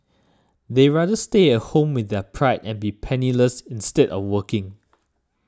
they rather stay at home with their pride and be penniless instead of working